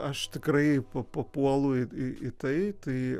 aš tikrai pa papuolu į į tai tai